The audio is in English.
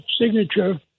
signature